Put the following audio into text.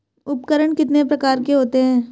उपकरण कितने प्रकार के होते हैं?